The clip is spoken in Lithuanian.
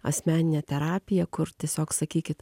asmeninę terapiją kur tiesiog sakykit